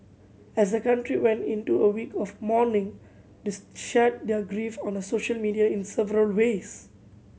as the country went into a week of mourning they shared their grief on the social media in several ways